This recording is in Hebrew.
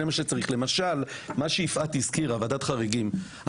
זה מה שצריך למשל מה שיפעת הזכירה וועדת חריגים.